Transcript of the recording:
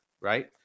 right